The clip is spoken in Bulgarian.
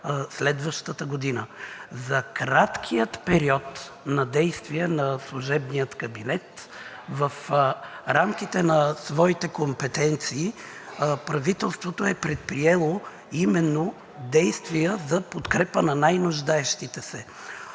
следващата година. За краткия период на действие на служебния кабинет в рамките на своите компетенции правителството е предприело именно действия за подкрепа на най-нуждаещите се.